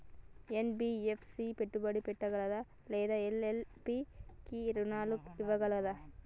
NBFC పెట్టుబడి పెట్టగలదా లేదా ఎల్.ఎల్.పి కి రుణాలు ఇవ్వగలదా?